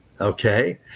Okay